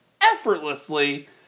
effortlessly